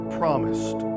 promised